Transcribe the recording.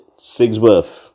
Sigsworth